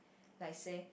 like say